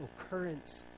occurrence